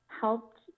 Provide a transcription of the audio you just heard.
helped